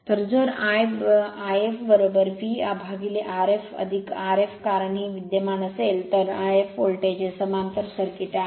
तर जर If V upon Rf Rf कारण हे विद्यमान असेल तर If व्होल्टेज हे समांतर सर्किट आहे